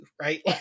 right